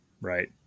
Right